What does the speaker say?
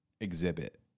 exhibit